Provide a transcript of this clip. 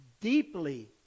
deeply